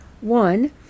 one